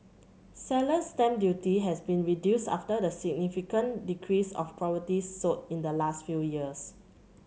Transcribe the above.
seller's stamp duty has been reduced after the significant decrease of properties sold in the last few years